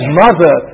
mother